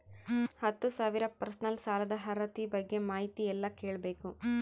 ಹತ್ತು ಸಾವಿರ ಪರ್ಸನಲ್ ಸಾಲದ ಅರ್ಹತಿ ಬಗ್ಗೆ ಮಾಹಿತಿ ಎಲ್ಲ ಕೇಳಬೇಕು?